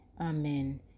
Amen